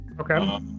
Okay